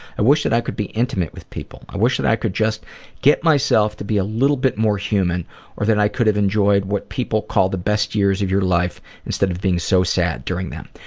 i wish that i could be intimate with people. i wish that i could just get myself to be a little bit more human or i could've enjoyed what people call the best years of your life instead of being so sad during them.